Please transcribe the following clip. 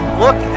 look